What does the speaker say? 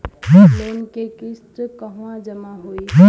Loan के किस्त कहवा जामा होयी?